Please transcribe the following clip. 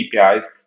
APIs